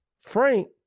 Frank